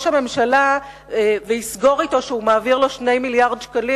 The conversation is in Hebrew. הממשלה ויסגור אתו שהוא מעביר לו 2 מיליארדי שקלים